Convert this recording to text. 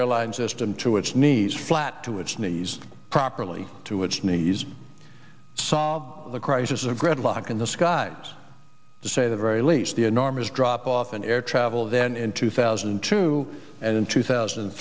airline system to its knees flat to its knees properly to its knees solve the crisis of gridlock in the skies to say the very least the enormous drop off in air travel then in two thousand and two and in two thousand and